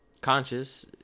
conscious